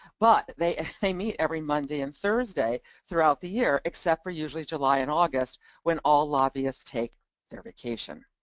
but they pay me every monday and thursday throughout the year except for usually july and august when all lobbyists take their vacation,